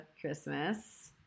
Christmas